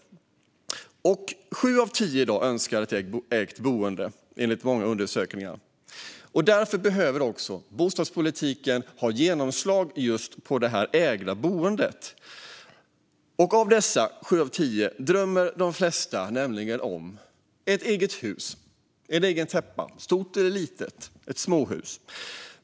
Sju av tio önskar i dag äga sitt boende, enligt många undersökningar. Därför behöver bostadspolitiken ha genomslag just när det gäller det ägda boendet. Av dessa sju av tio drömmer de flesta om ett eget hus, en egen täppa, något stort eller något litet - ett småhus.